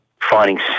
finding